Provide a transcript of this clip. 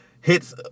hits